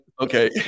okay